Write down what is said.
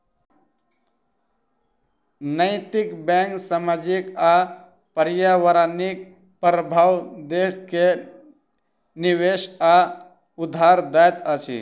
नैतिक बैंक सामाजिक आ पर्यावरणिक प्रभाव देख के निवेश वा उधार दैत अछि